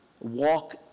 walk